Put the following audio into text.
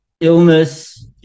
illness